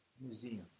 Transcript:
museum